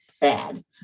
bad